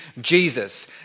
Jesus